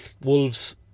Wolves